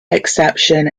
exception